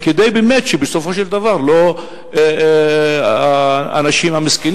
כדי שבאמת בסופו של דבר האנשים המסכנים